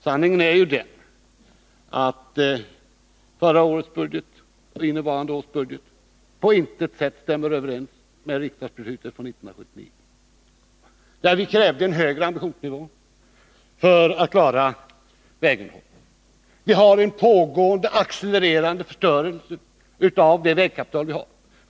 Sanningen är ju den att förra årets budget och innevarande års budget på intet sätt stämmer överens med riksdagsbeslutet från 1979. Vi krävde då en högre ambitionsnivå för att klara vägunderhållet. Vi har en pågående, accelererande förstöring av vårt nuvarande vägkapital.